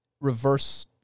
reverse